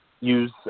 use